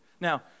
Now